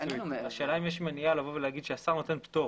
השאלה אם יש מניעה לבוא ולומר שהשר נותן פטור.